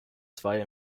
zwei